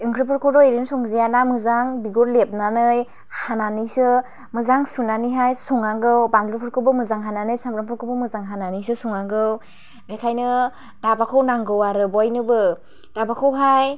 ओंख्रिफोरखौथ' ओरैनो संजायाना मोजां बिगुर लेबनानै हानानैसो मोजां सुनानैहाय संनांगौ बानलुफोखौबो मोजां हानानै सामब्रामफोरखौबो मोजां हानानैसो संनांगौ बेखायनो दाबाखौ नांगौ आरो बयनोबो दाबाखौहाय